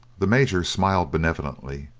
the major smiled benevolently,